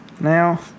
now